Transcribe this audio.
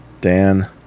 dan